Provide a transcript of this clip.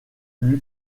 lui